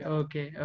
okay